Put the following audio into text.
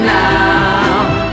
now